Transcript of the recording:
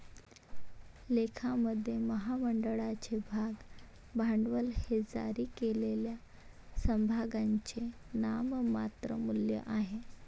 लेखामध्ये, महामंडळाचे भाग भांडवल हे जारी केलेल्या समभागांचे नाममात्र मूल्य आहे